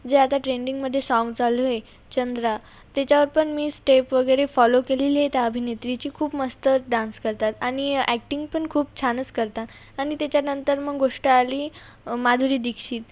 जे आता ट्रेंडिंगमधे सॉन्ग चालू आहे चंद्रा त्याच्यावर पण मी स्टेप वगैरे फॉलो केलेली आहे त्या अभिनेत्रीची खूप मस्त डान्स करतात आणि अॅक्टिंग पण खूप छानच करतात आणि त्याच्यानंतर मग गोष्ट आली माधुरी दीक्षित